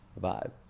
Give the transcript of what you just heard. vibe